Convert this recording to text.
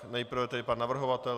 Nejprve tedy pan navrhovatel.